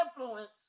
influence